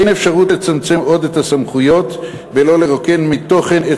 אין אפשרות לצמצם עוד את הסמכויות בלא לרוקן אותן מתוכן.